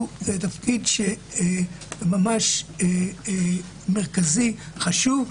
הוא תפקיד ממש מרכזי וחשוב.